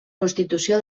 constitució